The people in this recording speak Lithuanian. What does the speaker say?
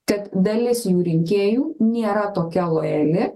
kad dalis jų rinkėjų nėra tokia lojali